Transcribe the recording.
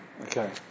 Okay